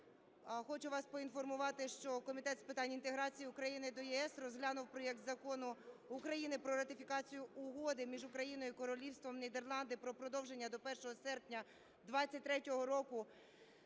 Хочу вас поінформувати, що Комітет з питань інтеграції України до ЄС розглянув проект Закону України про ратифікацію Угоди між Україною та Королівством Нідерланди про продовження до 1 серпня 2023 року